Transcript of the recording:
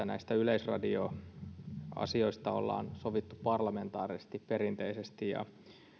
näistä yleisradio asioista ollaan perinteisesti sovittu parlamentaarisesti ja